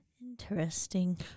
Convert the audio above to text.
interesting